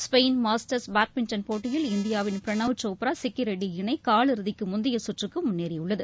Spain Masters badminton போட்டியில் இந்தியாவின் பிரணவ் சோப்ரா சிக்கி ரெட்டி இணை காலிறுதிக்கு முந்தைய சுற்றுக்கு முன்னேறியுள்ளது